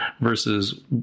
versus